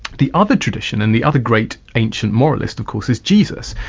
the other tradition and the other great ancient moralist of course, is jesus.